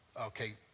okay